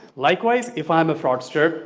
likewise, if i'm a fraudster,